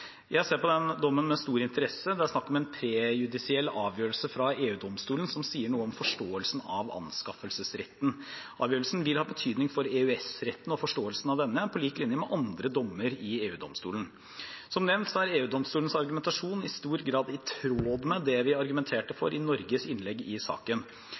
Jeg ser på denne dommen med stor interesse. Det er snakk om en prejudisiell avgjørelse fra EU-domstolen som sier noe om forståelsen av anskaffelsesretten. Avgjørelsen vil ha betydning for EØS-retten og forståelsen av denne, på lik linje med andre dommer i EU-domstolen. Som nevnt er EU-domstolens argumentasjon i stor grad i tråd med det vi argumenterte for i Norges innlegg i saken.